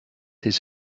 his